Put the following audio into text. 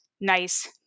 nice